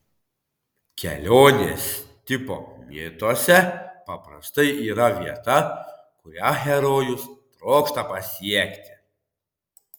kelionės tipo mituose paprastai yra vieta kurią herojus trokšta pasiekti